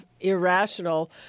irrational